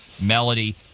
Melody